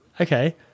Okay